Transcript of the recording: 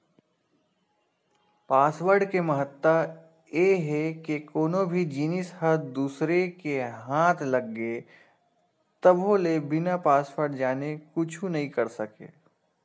password के महत्ता ए हे के कोनो भी जिनिस ह दूसर के हाथ लग गे तभो ले बिना पासवर्ड जाने कुछु नइ कर सकय